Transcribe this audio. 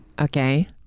Okay